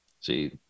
See